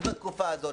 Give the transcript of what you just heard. בתקופה הזאת,